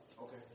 Okay